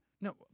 No